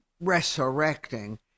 resurrecting